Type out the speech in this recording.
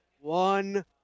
one